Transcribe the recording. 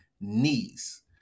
knees